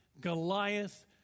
Goliath